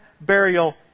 burial